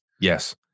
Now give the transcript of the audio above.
Yes